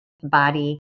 body